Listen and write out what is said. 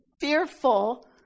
fearful